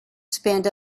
spend